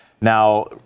Now